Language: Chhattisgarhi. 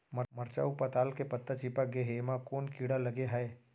मरचा अऊ पताल के पत्ता चिपक गे हे, एमा कोन कीड़ा लगे है?